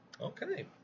Okay